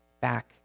back